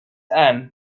anne